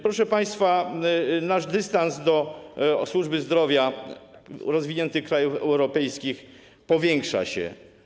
Proszę państwa, nasz dystans do służby zdrowia rozwiniętych krajów europejskich powiększa się.